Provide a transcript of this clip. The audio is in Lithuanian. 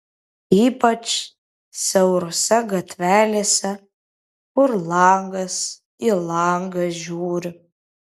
ypač siaurose gatvelėse kur langas į langą žiūri